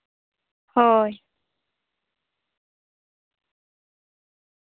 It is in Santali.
ᱦᱳᱭ